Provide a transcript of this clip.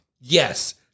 Yes